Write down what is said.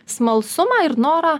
smalsumą ir norą